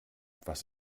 was